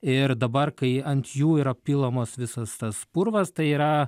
ir dabar kai ant jų yra pilamas visas tas purvas tai yra